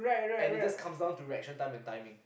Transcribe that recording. and it just comes down to reaction time and timing